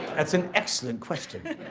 that's an excellent question.